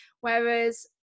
Whereas